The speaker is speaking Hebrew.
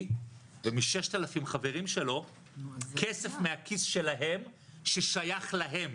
ומ-6,000 חברים שלו כסף מהכיס שלהם ששייך להם.